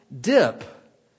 dip